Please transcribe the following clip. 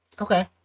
Okay